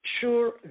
sure